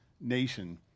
nation